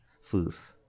First